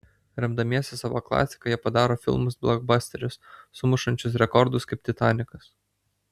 remdamiesi savo klasika jie padaro filmus blokbasterius sumušančius rekordus kaip titanikas